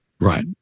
Right